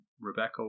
Rebecca